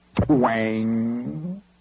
twang